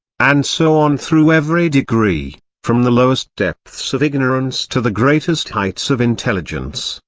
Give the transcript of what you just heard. and so on through every degree, from the lowest depths of ignorance to the greatest heights of intelligence,